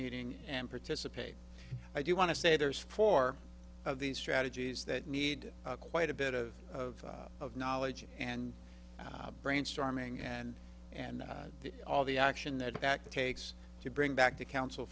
meeting and participate i do want to say there's four of these strategies that need quite a bit of of of knowledge and brainstorming and and the all the action that back takes to bring back to council